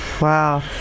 wow